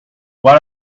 what